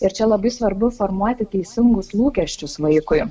ir čia labai svarbu formuoti teisingus lūkesčius vaikui